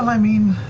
um i mean,